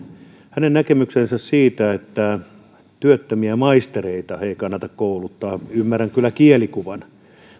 hänen näkemyksensä siitä että työttömiä maistereita ei kannata kouluttaa ymmärrän kyllä kielikuvan